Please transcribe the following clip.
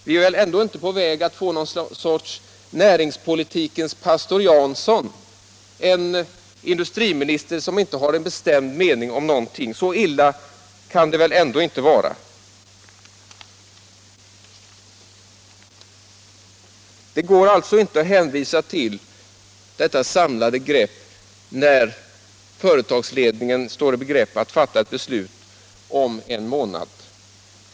Vi är — kontroll över väl inte på väg att få en näringspolitikens Pastor Jansson — en industrukturförändringstriminister som inte har en bestämd mening om någonting. Så illa kan ar i näringslivet det väl ändå inte vara. Det går alltså inte att hänvisa till detta samlade grepp när företagsledningen står i begrepp att fatta ett beslut om en månad.